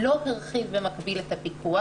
לא הרחיב במקביל את הפיקוח,